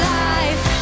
life